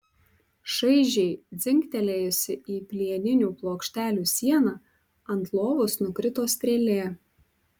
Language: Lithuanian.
šaižiai dzingtelėjusi į plieninių plokštelių sieną ant lovos nukrito strėlė